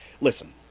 Listen